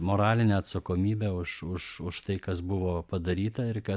moralinę atsakomybę už už už tai kas buvo padaryta ir kad